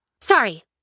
Sorry